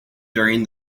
during